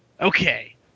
Okay